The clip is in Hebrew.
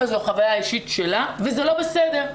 זאת חוויה אישית שלה וזה לא בסדר.